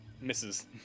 Misses